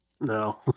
No